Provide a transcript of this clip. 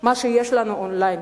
מה שיש לנו און-ליין.